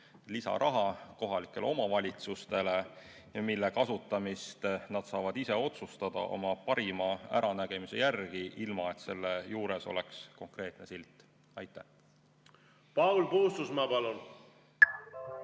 lisaraha kohalikele omavalitsustele, mille kasutamist nad saavad ise otsustada oma parima äranägemise järgi, ilma et seal juures oleks konkreetne silt. Aitäh! Jah, võib öelda,